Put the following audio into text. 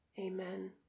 Amen